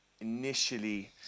initially